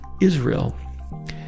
Israel